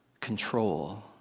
control